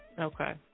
Okay